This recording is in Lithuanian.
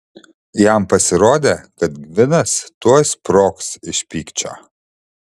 jam pasirodė kad gvidas tuoj sprogs iš pykčio